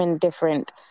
different